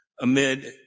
amid